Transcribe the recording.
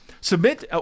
submit